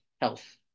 health